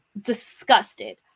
disgusted